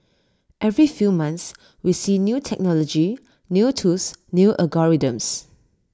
every few months we see new technology new tools new algorithms